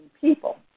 people